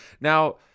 Now